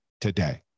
today